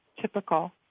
typical